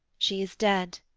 she is dead.